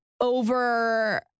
over